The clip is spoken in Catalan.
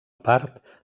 part